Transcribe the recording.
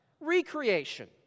Recreation